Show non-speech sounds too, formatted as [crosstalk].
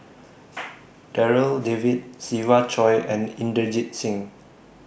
[noise] Darryl David Siva Choy and Inderjit Singh